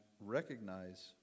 recognize